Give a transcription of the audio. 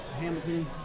Hamilton